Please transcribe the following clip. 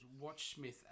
WatchSmith